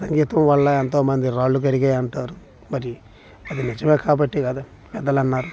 సంగీతం వల్ల ఎంతోమంది రాళ్ళు కరిగాయే అంటారు మరి అది నిజమే కాబట్టి కదా పెద్దలు అన్నారు